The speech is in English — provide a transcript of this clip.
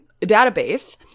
database